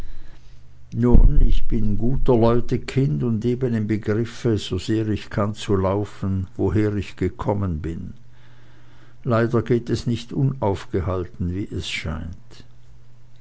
nun ich bin guter leute kind und eben im begriff sosehr ich kann zu laufen woher ich gekommen bin leider geht es nicht unaufgehalten wie es scheint